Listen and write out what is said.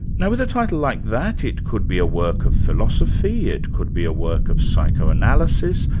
now with a title like that, it could be a work of philosophy, it could be a work of psychoanalysis,